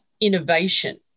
innovation